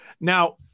Now